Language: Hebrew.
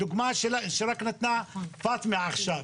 הדוגמה שנתנה פטמה עכשיו.